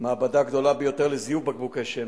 מעבדה גדולה ביותר לזיוף בקבוקי שמן.